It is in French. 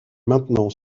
maintenant